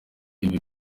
ibi